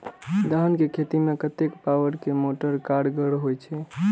धान के खेती में कतेक पावर के मोटर कारगर होई छै?